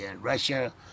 Russia